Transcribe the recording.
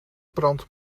brandt